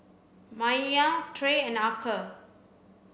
Maia Trey and Archer